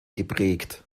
geprägt